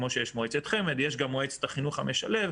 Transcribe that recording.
כמו שיש מועצת חמ"ד יש גם מועצת החינוך המשלב.